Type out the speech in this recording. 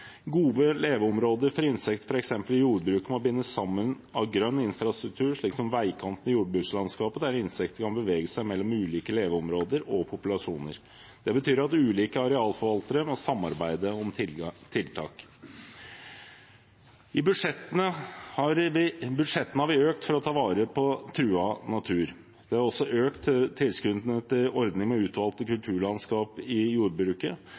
Gode leveområder for insekter, f.eks. i jordbruket, må bindes sammen av grønn infrastruktur, slik som veikanten og jordbrukslandskapet, der insekter kan bevege seg mellom ulike leveområder og populasjoner. Det betyr at ulike arealforvaltere må samarbeide om tiltak. I budsjettene har vi økt bevilgningene for å ta vare på truet natur. Vi har også økt tilskuddene til ordningen med utvalgte kulturlandskap i jordbruket,